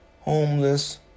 homeless